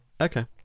okay